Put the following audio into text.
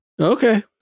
Okay